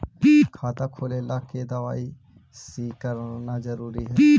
खाता खोले ला के दवाई सी करना जरूरी है?